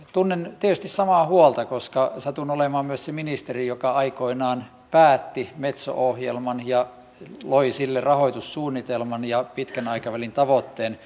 tunnen tietysti samaa huolta koska satun olemaan myös se ministeri joka aikoinaan päätti metso ohjelman ja loi sille rahoitussuunnitelman ja pitkän aikavälin tavoitteen